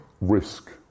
risk